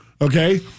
Okay